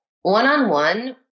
one-on-one